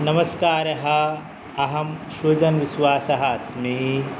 नमस्कारः अहं शृजन् विश्वासः अस्मि